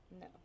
No